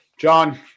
John